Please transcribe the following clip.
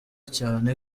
cyane